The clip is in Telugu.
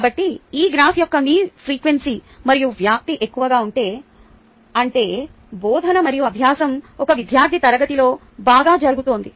కాబట్టి ఈ గ్రాఫ్ యొక్క మీ ఫ్రీక్వెన్సీ మరియు వ్యాప్తి ఎక్కువగా ఉంటే అంటే బోధన మరియు అభ్యాసం ఒక నిర్దిష్ట తరగతిలో బాగా జరుగుతోంది